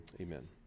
amen